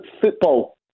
football